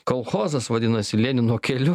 kolchozas vadinasi lenino keliu